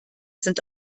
sind